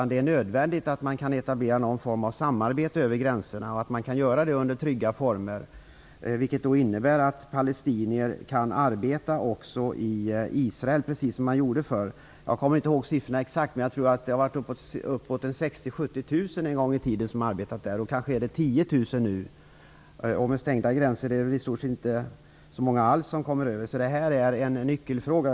Det är nödvändigt att etablera någon form av samarbete över gränserna och att det kan ske under trygga former. Det innebär att palestinier också kan arbeta i Israel, precis som man gjorde förr. Jag kommer inte ihåg siffrorna exakt, men jag tror att det en gång i tiden var 60 000-70 000 som arbetade där. Nu är det kanske 10 000. Med stängda gränser kommer väl i stort sett inga alls över. Detta är en nyckelfråga.